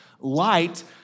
light